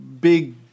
big